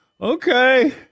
Okay